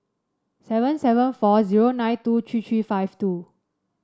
seven seven four zero nine two three three five two